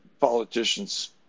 politicians